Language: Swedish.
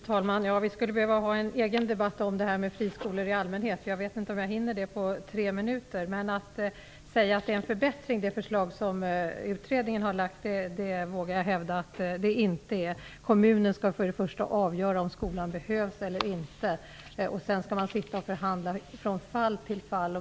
Fru talman! Vi skulle behöva ha en egen debatt om friskolor i allmänhet. Jag vet inte om jag hinner det på tre minuter. Men att säga att det förslag som utredningen har lagt fram är bättre vågar jag hävda är fel. Kommunen skall först avgöra om skolan behövs eller inte och sedan skall man förhandla från fall till fall.